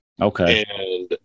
okay